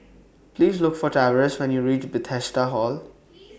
Please Look For Tavares when YOU REACH Bethesda Hall